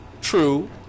true